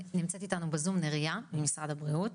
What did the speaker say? נמצאת איתנו בזום נריה ממשרד הבריאות,